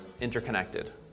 interconnected